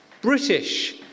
British